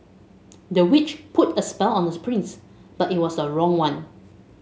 the witch put a spell on the prince but it was a wrong one